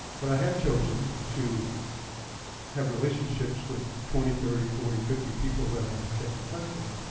but i have chosen to have relationships with twenty, thirty, forty, fifty people that i have kept in touch with.